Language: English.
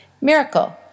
Miracle